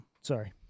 sorry